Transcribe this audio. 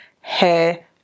hair